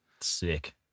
Sick